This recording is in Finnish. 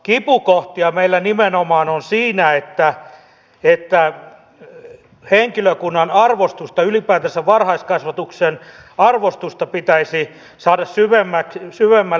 kipukohtia meillä nimenomaan on siinä että henkilökunnan arvostusta ylipäätänsä varhaiskasvatuksen arvostusta pitäisi saada syvemmälle